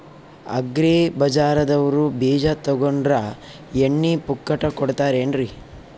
Agri ಬಜಾರದವ್ರು ಬೀಜ ತೊಗೊಂಡ್ರ ಎಣ್ಣಿ ಪುಕ್ಕಟ ಕೋಡತಾರೆನ್ರಿ?